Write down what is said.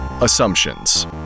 assumptions